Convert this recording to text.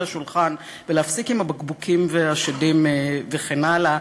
השולחן ולהפסיק עם הבקבוקים והשדים וכן הלאה.